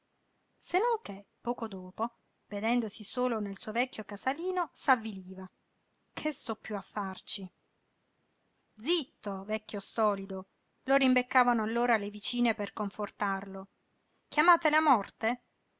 non che poco dopo vedendosi solo nel suo vecchio casalino s'avviliva che sto piú a farci zitto vecchio stolido lo rimbeccavano allora le vicine per confortarlo chiamate la morte